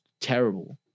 terrible